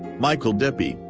michael dippy,